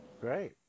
Great